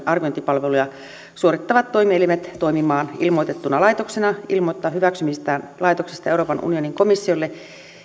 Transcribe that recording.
arviointipalveluja suorittavat toimielimet toimimaan ilmoitettuna laitoksena ilmoittaa hyväksymistään laitoksista euroopan unionin komissiolle